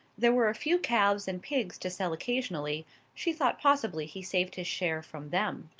there were a few calves and pigs to sell occasionally she thought possibly he saved his share from them.